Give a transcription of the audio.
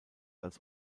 als